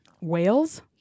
Whales